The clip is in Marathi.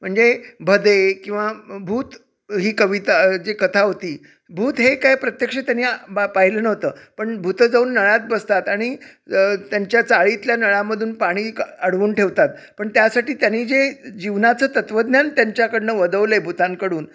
म्हणजे भदे किंवा भूत ही कविता जी कथा होती भूत हे काय प्रत्यक्ष त्यांनी बा पाहिलं नव्हतं पण भुतं जाऊन नळात बसतात आणि त्यांच्या चाळीतल्या नळामधून पाणी क अडवून ठेवतात पण त्यासाठी त्यांनी जे जीवनाचं तत्वज्ञान त्यांच्याकडून वदवलं आहे भुतांकडून